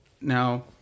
now